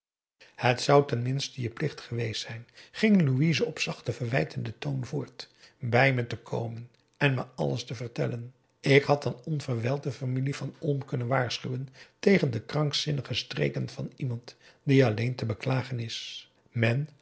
het zou ten minste je plicht geweest zijn ging louise op zachten verwijtenden toon voort bij me te komen en me alles te vertellen ik had dan onverwijld de familie van olm kunnen waarschuwen tegen de krankp a daum hoe hij raad van indië werd onder ps maurits zinnige streken van iemand die alleen te beklagen is men